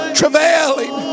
travailing